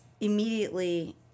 immediately